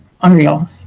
unreal